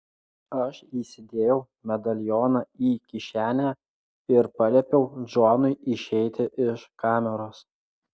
aš įsidėjau medalioną į kišenę ir paliepiau džonui išeiti iš kameros